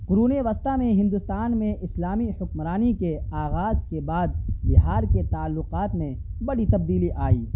قرون وسطیٰ میں ہندوستان میں اسلامی حکمرانی کے آغاز کے بعد بہار کے تعلقات میں بڑی تبدیلی آئی